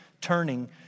turning